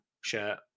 shirt